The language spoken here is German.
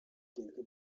denke